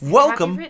welcome